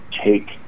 take